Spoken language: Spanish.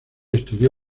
estudió